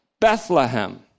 Bethlehem